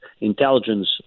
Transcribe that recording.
intelligence